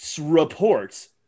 reports